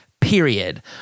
period